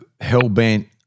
hell-bent